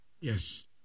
Yes